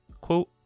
quote